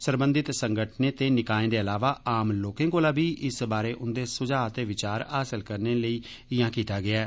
सरबंधित संगठनें ते निकाएं दे इलावा आम लोकें कोला बी इस बारे उन्दे सुझाव ते विचार हासल करने लेई इयां कीता गेआ ऐ